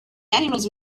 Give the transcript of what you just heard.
animals